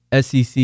SEC